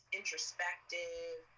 introspective